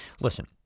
Listen